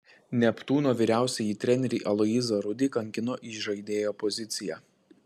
neptūno vyriausiąjį trenerį aloyzą rudį kankino įžaidėjo pozicija